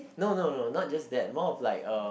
no no no not just that more of like uh